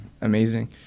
amazing